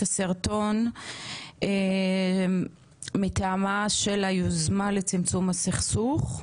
הסרטון מטעמה של היוזמה לצמצום הסכסוך.